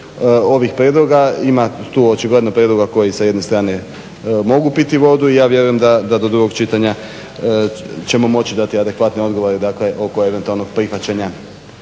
ovih prijedloga. Ima tu očigledno prijedloga koji sa jedne strane mogu piti vodu i ja vjerujem da do drugog čitanja ćemo moči dati adekvatne odgovore, dakle oko eventualnog prihvaćanja